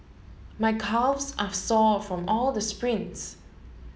my calves are sore from all the sprints